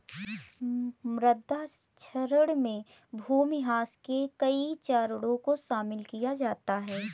मृदा क्षरण में भूमिह्रास के कई चरणों को शामिल किया जाता है